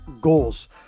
goals